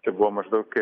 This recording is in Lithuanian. čia buvo maždaug